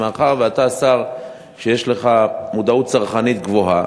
ומאחר שאתה שר שיש לו מודעות צרכנית גבוהה